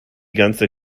ganze